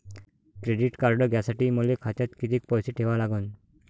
Credit card घ्यासाठी मले खात्यात किती पैसे ठेवा लागन?